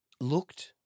looked